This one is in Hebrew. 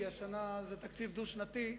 כי השנה זה תקציב דו-שנתי,